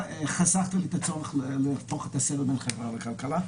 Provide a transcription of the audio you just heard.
חסכת לי את הצורך להפוך את הסדר בין חברה לכלכלה.